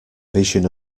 vision